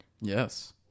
Yes